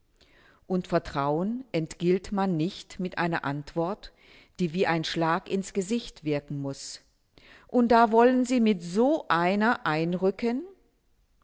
und vertrauen entgilt man nicht mit einer antwort die wie ein schlag ins gesicht wirken muß und da wollen sie mit so einer einrücken